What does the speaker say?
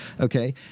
Okay